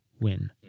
win